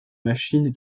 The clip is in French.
machine